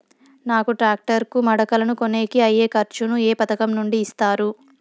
నాకు టాక్టర్ కు మడకలను కొనేకి అయ్యే ఖర్చు ను ఏ పథకం నుండి ఇస్తారు?